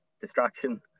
distraction